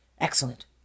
Excellent